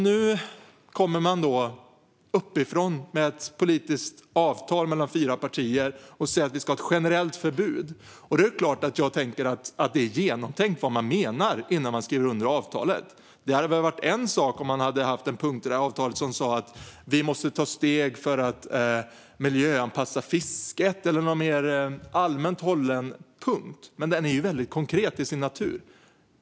Nu kommer man uppifrån med ett politiskt avtal mellan fyra partier om att vi ska ha ett generellt förbud mot bottentrålning. Då är det klart att jag tänker att det är genomtänkt vad man menar innan man skriver under avtalet. Det hade väl varit en sak om man hade haft en punkt i avtalet som sa att vi måste ta steg för att miljöanpassa fisket eller någon mer allmänt hållen punkt, men den är ju väldigt konkret till sin natur.